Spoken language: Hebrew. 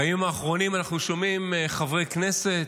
בימים האחרונים אנחנו שומעים חברי כנסת,